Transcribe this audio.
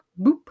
boop